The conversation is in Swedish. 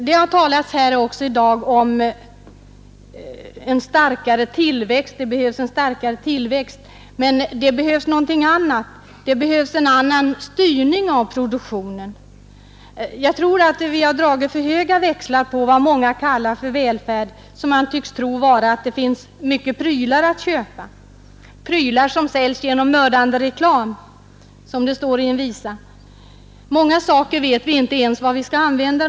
Man har sagt att det behövs en starkare tillväxt av produktionen, men det behövs också en annan styrning av produktionen. Jag tror att vi har dragit för höga växlar på det som många kallar välfärd och som man tycks tro består i att det finns många ”prylar” att köpa — prylar som säljs genom mördande reklam, som det står i en visa. Det finns många saker som vi inte ens vet hur vi skall använda.